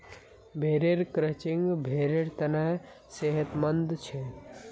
भेड़ेर क्रचिंग भेड़ेर तने सेहतमंद छे